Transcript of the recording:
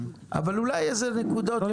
אבל אולי איזה נקודות יותר רגישות.